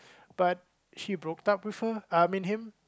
but she broked up with her I mean him